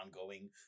ongoing